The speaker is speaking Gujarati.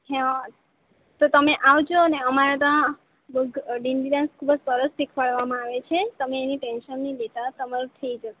હાં તો તમે આવજોને અમારા ત્યાં દિંડી ડાન્સ ખૂબ સરસ શીખવાડવામાં આવે છે તમે એની ટેન્શન નઇ લેતા તમારું થઈ જશે